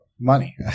money